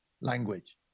language